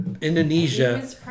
Indonesia